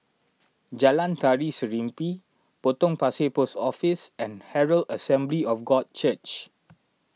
Jalan Tari Serimpi Potong Pasir Post Office and Herald Assembly of God Church